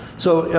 so, yeah